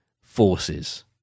forces